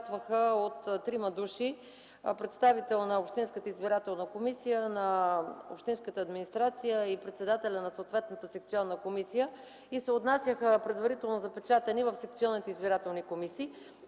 от трима души – представител на общинската избирателна комисия, на общинската администрация и от председателя на съответната секционна комисия. Предварително запечатани се отнасяха в секционните избирателни комисии.